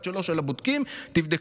כל אחד בצד שלו של הבודקים, תבדקו.